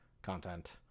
content